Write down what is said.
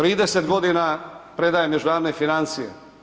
30 godina predajem međunarodne financije.